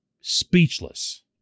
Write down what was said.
speechless